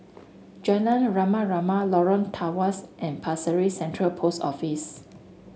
Jalan Rama Rama Lorong Tawas and Pasir Ris Central Post Office